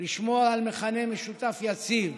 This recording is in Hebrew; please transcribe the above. לשמור על מכנה משותף יציב: